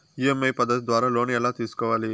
EMI పద్ధతి ద్వారా loan ఎలా తీసుకోవాలి